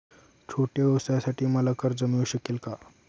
छोट्या व्यवसायासाठी मला कर्ज मिळू शकेल का?